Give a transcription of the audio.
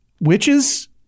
Witches